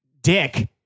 dick